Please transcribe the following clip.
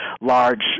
large